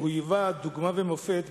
הוא היווה דוגמה ומופת,